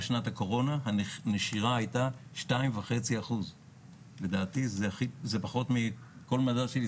שנת הקורונה הנשירה הייתה 2.5%. לדעתי זה פחות מכל מדד של ישראלים.